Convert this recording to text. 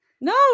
no